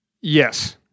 Yes